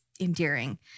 endearing